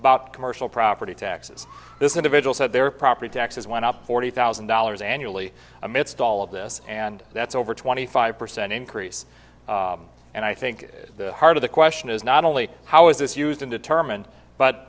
about commercial property taxes this individual said their property taxes went up forty thousand dollars annually amidst all of this and that's over twenty five percent increase and i think the heart of the question is not only how is this used and determined but